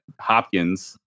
Hopkins